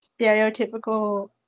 stereotypical